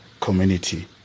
community